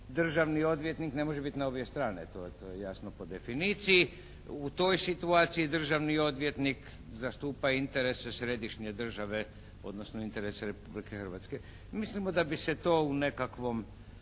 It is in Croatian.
državni odvjetnik ne može biti na obje strane. To je jasno po definiciji. U toj situaciji državni odvjetnik zastupa interese središnje države odnosno interese Republike Hrvatske. Mislimo da bi se to u nekakvom